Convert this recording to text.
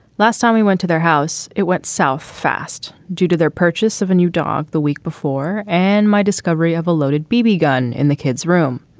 last time we went to their house, it went south fast due to their purchase of a new dog. the week before, and my discovery of a loaded b b. gun in the kids room,